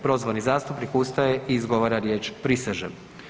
Prozvani zastupnik ustaje i izgovara riječ „prisežem“